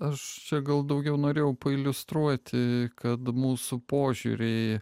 aš čia gal daugiau norėjau pailiustruoti kad mūsų požiūriai